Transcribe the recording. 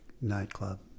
nightclub